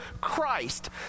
Christ